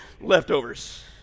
leftovers